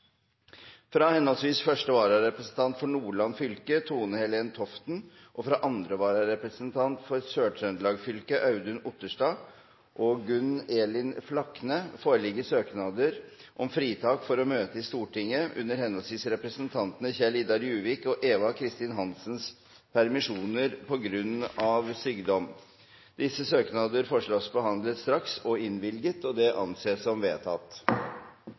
Fra henholdsvis første vararepresentant for Nordland fylke, Tone-Helen Toften, og fra første og andre vararepresentant for Sør-Trøndelag fylke, Audun Otterstad og Gunn Elin Flakne, foreligger søknader om fritak for å møte i Stortinget under henholdsvis representanten Kjell-Idar Juvik og Eva Kristin Hansens permisjoner, på grunn av sykdom. Etter forslag fra presidenten ble enstemmig besluttet: Søknadene behandles straks og